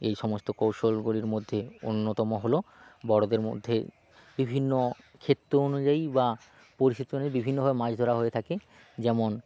এই সমস্ত কৌশলগুলির মধ্যে অন্যতম হল বড়দের মধ্যে বিভিন্ন ক্ষেত্র অনুযায়ী বা পরিস্থিতি অনুযায়ী বিভিন্নভাবে মাছ ধরা হয়ে থাকে যেমন